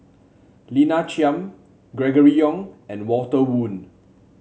Lina Chiam Gregory Yong and Walter Woon